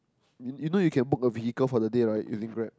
you you know we can book the vehicle for the day right using Grab